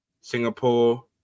Singapore